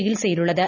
ചികിത്സയിലുള്ളത്